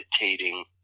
meditating